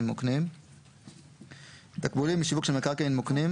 מוקנים 33. תקבולים משיווק של מקרקעין מוקנים,